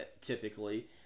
typically